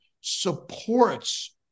supports